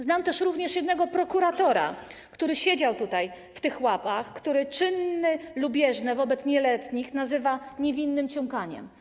Znam również jednego prokuratora, który siedział tutaj w tych ławach, który czyny lubieżne wobec nieletnich nazywa niewinnym ciumkaniem.